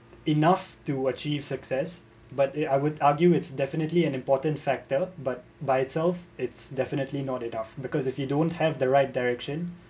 enough to achieve success but uh I would argue it's definitely an important factor but by itself it's definitely not enough because if you don't have the right direction